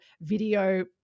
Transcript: video